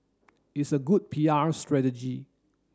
it's a good P R strategy